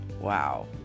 Wow